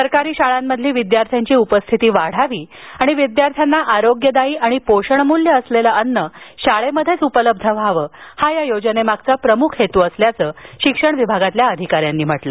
सरकारी शाळांमधील विदयार्थ्यांची उपस्थिती वाढावी आणि विद्यार्थ्यांना आरोग्यदायी आणि पोषणमूल्य असलेलं अन्न शाळेतूनच उपलब्ध व्हावं हा या योजनेमागचा प्रमुख हेतू असल्याचं शिक्षण विभागातील अधिकाऱ्यांनी सांगितलं